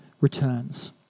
returns